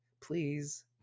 please